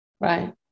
Right